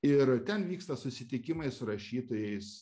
ir ten vyksta susitikimai su rašytojais